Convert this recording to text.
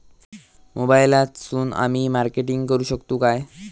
मोबाईलातसून आमी मार्केटिंग करूक शकतू काय?